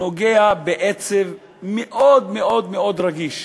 שנוגע בעצב מאוד מאוד מאוד רגיש,